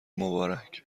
مبارک